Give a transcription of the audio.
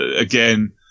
Again